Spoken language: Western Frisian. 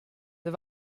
der